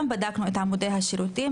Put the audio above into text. בדקנו את עמודי השירותים.